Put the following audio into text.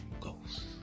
Ghosts